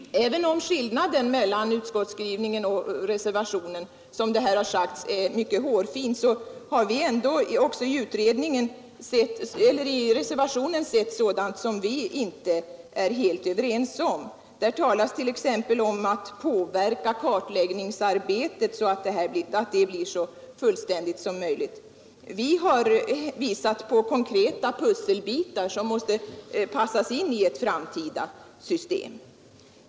Även om skillnaden mellan utskottets skrivning och reservationen är mycket hårfin — som här sagts — har vi i reservationen ändå sett sådant som vi inte är helt överens om. Där talas det t.ex. om att påverka kartläggningsarbetet så att det blir så fullständigt som möjligt. Vi har visat på konkreta pusselbitar som måste passas in i ett framtida system.